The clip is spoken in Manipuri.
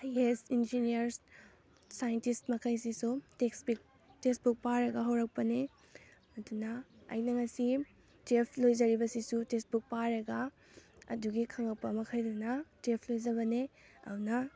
I A S engineers scientists ꯃꯈꯩꯁꯤꯁꯨ ꯇꯦꯛꯁ ꯕꯨꯛ ꯇꯦꯛꯁ ꯕꯨꯛ ꯄꯥꯔꯒ ꯍꯧꯔꯛꯄꯅꯤ ꯑꯗꯨꯅ ꯑꯩꯅ ꯉꯁꯤ ꯇꯨꯌꯦꯜꯞ ꯂꯣꯏꯖꯔꯤꯕꯁꯤꯁꯨ ꯇꯦꯛ ꯕꯨꯛ ꯄꯥꯔꯒ ꯑꯗꯨꯒꯤ ꯈꯪꯂꯛꯄ ꯃꯈꯩꯗꯨꯅ ꯇꯨꯌꯦꯜꯄ ꯂꯣꯏꯖꯕꯅꯤ ꯑꯗꯨꯅ